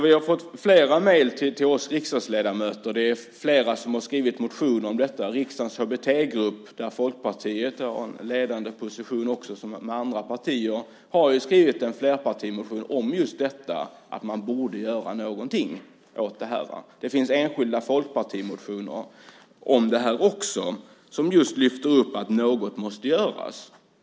Vi riksdagsledamöter har fått flera mejl, flera har skrivit motioner om detta, och riksdagens HBT-grupp, där Folkpartiet har en ledande position, har skrivit en flerpartimotion om att man borde göra någonting. Det finns även enskilda folkpartimotioner som lyfter upp att något måste göras.